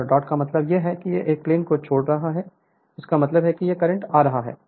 और डॉट का मतलब है कि यह प्लेन को छोड़ रहा है इसका मतलब है कि करंट आ रहा है